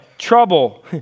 trouble